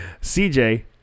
CJ